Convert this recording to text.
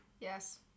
Yes